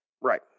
right